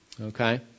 Okay